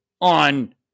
on